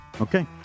Okay